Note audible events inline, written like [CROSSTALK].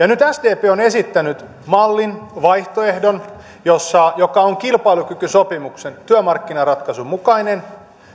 [UNINTELLIGIBLE] nyt sdp on esittänyt mallin vaihtoehdon joka on kilpailukykysopimuksen työmarkkinaratkaisun mukainen